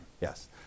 yes